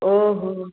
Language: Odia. ଓହୋ